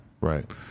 Right